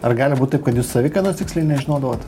ar gali būt taip kad jūs savikainos tiksliai nežinodavot